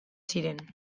ziren